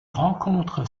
rencontre